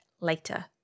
later